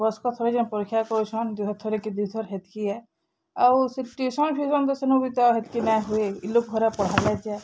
ବର୍ଷକେ ଥରେ ଯେ ପରୀକ୍ଷା କରୁଛନ୍ ଥରେ କେ ଦୁଇଥର ହେତ୍କି ହେ ଆଉ ସେ ଟ୍ୟୁସନ୍ ଫ୍ୟୁସନ୍ ତ ସେନୁ ବି ହେତ୍କି ନା ହୁଏ ଇଲୁଗ ଘରେ ପଢ଼ାଲେ ଯେ